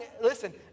Listen